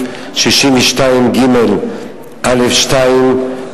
בסעיף 62ג(א2),